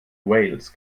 wales